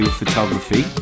photography